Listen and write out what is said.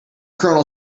colonel